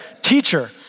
Teacher